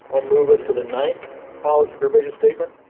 i'll move us to the ninth policy provision statement.